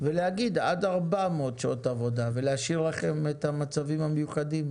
ולהגיד עד 400 שעות עבודה ולהשאיר לכם את המצבים המיוחדים,